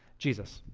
jesus.